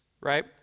right